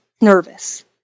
nervous